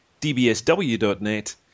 DBSW.net